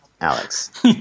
Alex